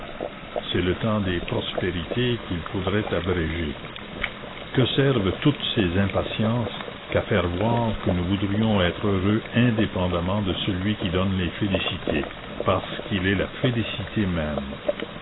c'est le temps des prospérités qu'il faudroit abréger que servent toutes ces impatiences qu'à faire voir que nous voudrions être heureux indépendamment de celui qui donne les félicités parce qu'il est la félicité même